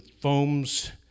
foams